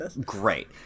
Great